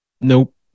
Nope